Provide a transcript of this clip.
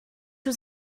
was